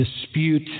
dispute